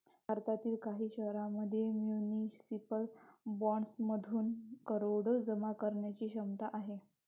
भारतातील काही शहरांमध्ये म्युनिसिपल बॉण्ड्समधून करोडो जमा करण्याची क्षमता आहे